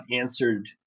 answered